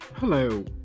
Hello